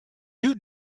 you